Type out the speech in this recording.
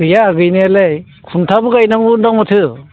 गैया गैनायालाय खुन्थाबो गायनांगौ दं माथो